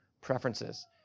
preferences